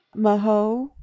Maho